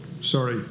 sorry